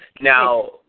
Now